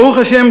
ברוך השם,